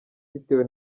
bitewe